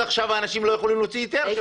עכשיו האנשים לא יכולים להוציא שם היתר.